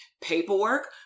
paperwork